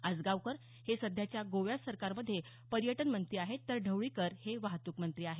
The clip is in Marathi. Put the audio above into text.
आजगावकर हे सध्याच्या गोवा सरकारमध्ये पर्यटन मंत्री आहेत तर ढवळीकर हे वाहतूक मंत्री आहेत